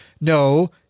no